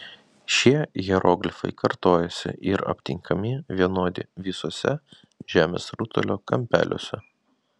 šie hieroglifai kartojasi ir aptinkami vienodi visuose žemės rutulio kampeliuose